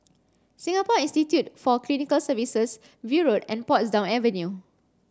Singapore Institute for Clinical Sciences View Road and Portsdown Avenue